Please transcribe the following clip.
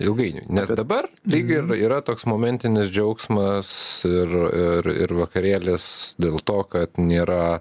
ilgainiui nes dabar lyg ir yra toks momentinis džiaugsmas ir ir ir vakarėlis dėl to kad nėra